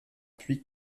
puits